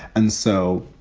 and so